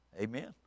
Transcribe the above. Amen